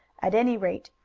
at any rate,